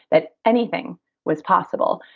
that anything was possible,